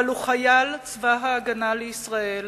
אבל חייל צבא-הגנה לישראל